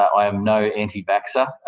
i am no anti vaxxer.